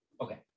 Okay